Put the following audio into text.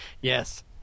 Yes